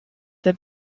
der